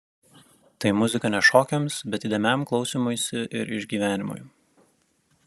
tai muzika ne šokiams bet įdėmiam klausymuisi ir išgyvenimui